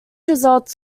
results